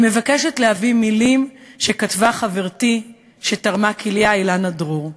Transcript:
אני מבקשת להביא מילים שכתבה חברתי שתרמה כליה אילנה דרור: